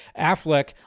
Affleck